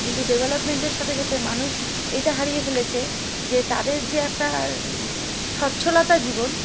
কিন্তু ডেভেলপমেন্টের সাতে সাতে মানুষ এইটা হারিয়ে ফেলেছে যে তাদের যে একটা স্বচ্ছলতা জীবন